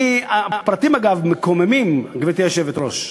הפרטים, אגב, מקוממים, גברתי היושבת-ראש.